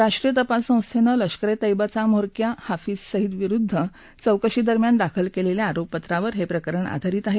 राष्ट्रीय तपास संस्थेनं लश्कर ए तैयबाचा म्होरक्या हाफिज सईद विरुद्ध चौकशी दरम्यान दाखल केलेल्या आरोपपत्रावर हे प्रकरण आधारित आहे